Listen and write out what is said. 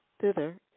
thither